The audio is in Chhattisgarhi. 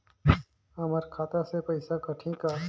हमर खाता से पइसा कठी का?